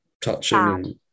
touching